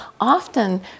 often